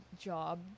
job